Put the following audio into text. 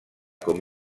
com